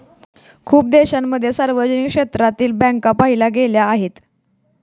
खूप देशांमध्ये सार्वजनिक क्षेत्रातील बँका पाहिल्या गेल्या आहेत